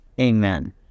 amen